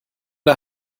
der